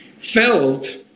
felt